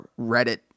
Reddit